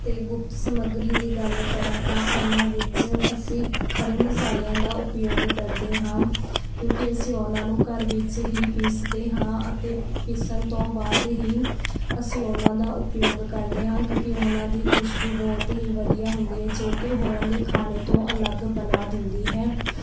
ਅਤੇ ਗੁਪਤ ਸਮੱਗਰੀ ਦੀ ਗੱਲ ਕਰਾਂ ਤਾਂ ਉਹਨਾਂ ਵਿੱਚ ਅਸੀਂ ਖੜ੍ਹੇ ਮਸਾਲਿਆਂ ਦਾ ਉਪਯੋਗ ਕਰਦੇ ਹਾਂ ਕਿਉਂਕਿ ਅਸੀਂ ਉਹਨਾਂ ਨੂੰ ਘਰ ਵਿੱਚ ਹੀ ਪੀਸਦੇ ਹਾਂ ਅਤੇ ਪੀਸਣ ਤੋਂ ਬਾਅਦ ਹੀ ਅਸੀਂ ਉਹਨਾਂ ਦਾ ਉਪਯੋਗ ਕਰਦੇ ਹਾਂ ਕਿਉਂਕਿ ਉਹਨਾਂ ਦੀ ਖੁਸ਼ਬੂ ਬਹੁਤ ਹੀ ਵਧੀਆ ਹੁੰਦੀ ਹੈ ਜੋ ਕਿ ਹੋਰਾਂ ਦੇ ਖਾਣੇ ਤੋਂ ਅਲੱਗ ਬਣਾ ਦਿੰਦੀ ਹੈ